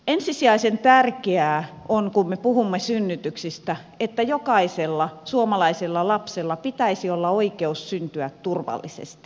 ensisijaisen tärkeää on kun me puhumme synnytyksistä että jokaisella suomalaisella lapsella pitäisi olla oikeus syntyä turvallisesti